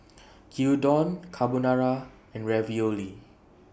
Gyudon Carbonara and Ravioli